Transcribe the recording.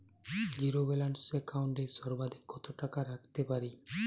Zero balance account এ সর্বাধিক কত টাকা রাখতে পারি?